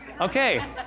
Okay